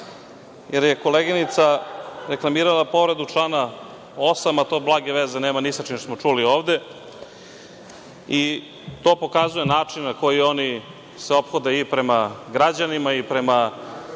jer je koleginica reklamirala povredu člana 8, a to blage veze nema ni sa čim što smo čuli ovde. To pokazuje način na koji se oni ophode i prema građanima i prema